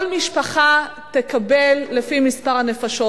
כל משפחה תקבל לפי מספר הנפשות.